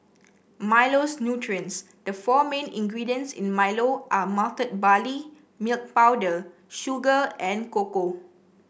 Milo's nutrients The four main ingredients in Milo are malted barley milk powder sugar and cocoa